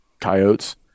coyotes